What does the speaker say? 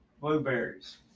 Blueberries